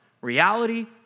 Reality